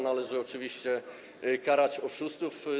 Należy oczywiście karać oszustów.